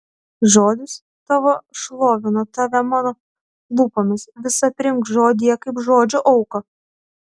žodis tavo šlovina tave mano lūpomis visa priimk žodyje kaip žodžio auką